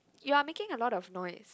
you are making a lot of noise